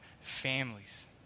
families